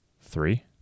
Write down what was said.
Three